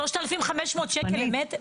3,500 שקל למטר?